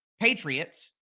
Patriots